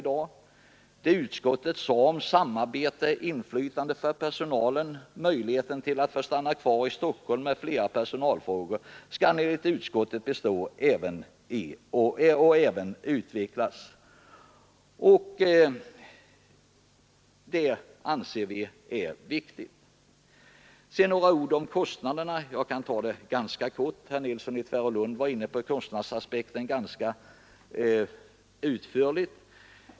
Det som utskottet sade om samarbete, inflytande för personalen, möjligheter att få stanna kvar i Stockholm m.fl. personalfrågor skall enligt utskottet bestå och även utvecklas. Detta anser vi vara viktigt. Sedan några ord om kostnaderna. Jag kan mycket kort gå igenom denna punkt. Herr Nilsson i Tvärålund tog upp kostnadsaspekten ganska utförligt.